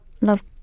love